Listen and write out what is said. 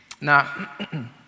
Now